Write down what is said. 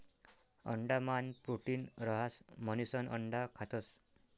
अंडा मान प्रोटीन रहास म्हणिसन अंडा खातस